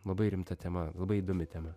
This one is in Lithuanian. labai rimta tema labai įdomi tema